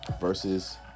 versus